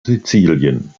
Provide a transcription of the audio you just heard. sizilien